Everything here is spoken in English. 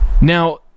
Now